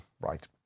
Right